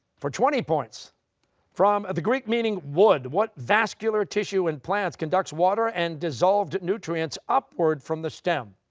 for twenty points from the greek meaning wood, what vascular tissue in plants conducts water and dissolved nutrients upward from the stem?